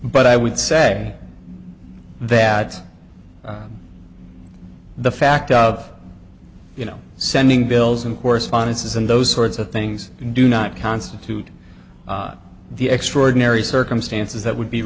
but i would say that the fact of you know sending bills and correspondences and those sorts of things do not constitute the extraordinary circumstances that would be